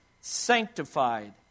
sanctified